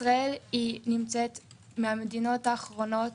ישראל היא מן המדינות האחרונות